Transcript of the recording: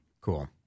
cool